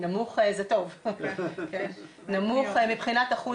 נמוך מבחינת אחוז